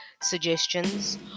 suggestions